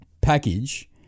package